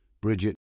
Bridget